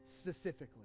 specifically